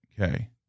Okay